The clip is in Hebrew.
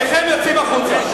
שניכם יוצאים החוצה.